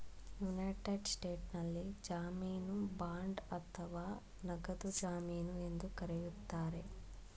United ಸ್ಟೇಟ್ಸ್ನಲ್ಲಿ ಜಾಮೀನು bond ಅಥವಾ ನಗದು ಜಮೀನು ಎಂದು ಕರೆಯುತ್ತಾರೆ